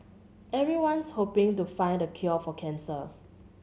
everyone's hoping to find the cure for cancer